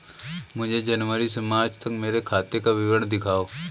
मुझे जनवरी से मार्च तक मेरे खाते का विवरण दिखाओ?